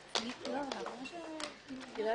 11:35.